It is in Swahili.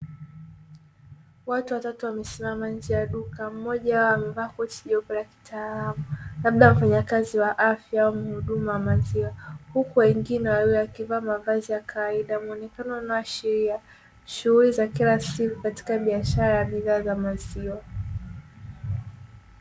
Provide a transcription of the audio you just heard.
Watu watatu wamesimama nje ya duka, mmoja wao amevaa koti jeupe la kitaalamu labda mfanyakazi wa afya au mhudumu wa maziwa, huku wengine wawili wakivaa mavazi ya kawaida. Muonekano unaoashiria shughuli za kila siku katika biashara za maziwa.